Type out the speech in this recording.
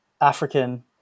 African